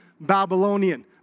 Babylonian